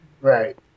right